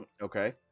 Okay